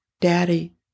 Daddy